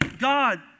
God